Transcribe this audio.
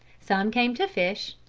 some came to fish,